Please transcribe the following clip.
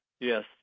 Yes